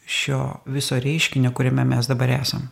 šio viso reiškinio kuriame mes dabar esam